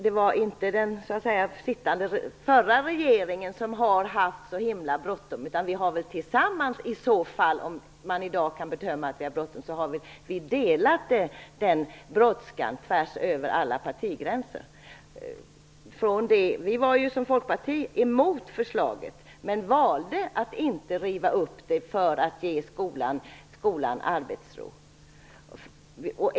Om man i dag kan påstå att vi hade bråttom delar vi ansvaret för den brådskan tvärs över alla partigränser. Folkpartiet var emot förslaget men valde att inte riva upp beslutet för att ge skolan arbetsro.